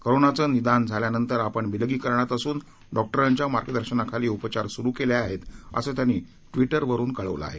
कोरोनाचं निदान झाल्यानंतर आपण विलगीकरणात असून डॉक्टरांच्या मार्गदर्शनाखाली उपचार सुरु केले आहेत असं त्यांनी ट्विटरवरून कळवलं आहे